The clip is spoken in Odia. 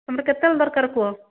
ତୁମର କେତେବେଳେ ଦରକାର କୁହ